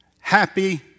happy